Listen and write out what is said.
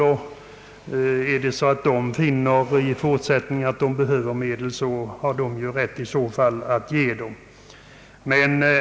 Finner Kungl. Maj:t att medel bör utgå i fortsättningen, kan Kungl. Maj:t förordna därom.